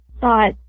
thought